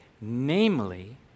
Namely